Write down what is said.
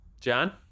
John